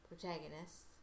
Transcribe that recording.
protagonists